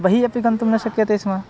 बहिः अपि गन्तुं न शक्यते स्म